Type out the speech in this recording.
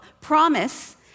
promise